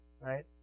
right